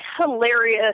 hilarious